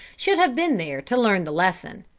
should have been there to learn the lesson.